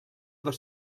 dos